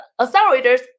accelerators